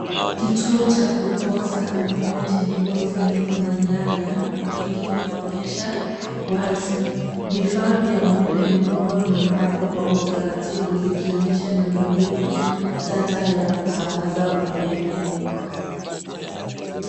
Kituo cha kupoza umeme chenye nguzo ndefu na nyaya nyingi kinaonyesha wazi. Vifaa vya umeme vikubwa vimepangwa kwa utaratibu vikionyesha miundo mbinu tata ya kusambaza umeme.